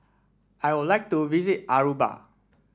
I would like to visit Aruba